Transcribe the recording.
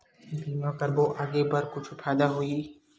बीमा करबो आगे बर कुछु फ़ायदा होही?